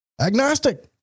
Agnostic